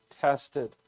tested